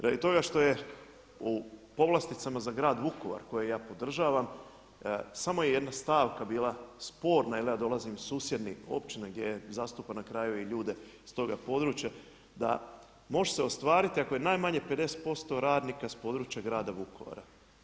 Radi toga što je u povlasticama za grad Vukovar koje ja podržavam, samo je jedna stavka bila sporna jer ja dolazim iz susjednih općina gdje zastupam na kraju i ljude s toga područja, da može se ostvariti ako je najmanje 50% radnika s područja grada Vukovara.